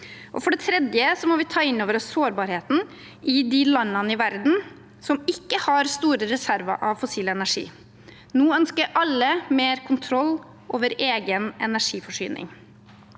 For det tredje må vi ta inn over oss sårbarheten i de landene i verden som ikke har store reserver av fossil energi. Nå ønsker alle mer kontroll over egen energiforsyning.